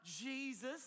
Jesus